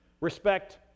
Respect